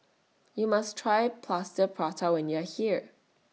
YOU must Try Plaster Prata when YOU Are here